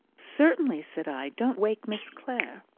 certainly, said i. don't wake miss clare.